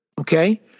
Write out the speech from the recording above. Okay